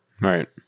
Right